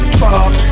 fuck